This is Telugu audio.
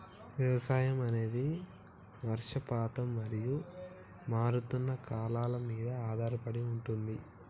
వ్యవసాయం అనేది వర్షపాతం మరియు మారుతున్న కాలాల మీద ఆధారపడి ఉంటది